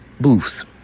booths